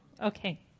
Okay